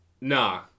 nah